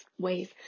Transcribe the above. ways